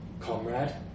comrade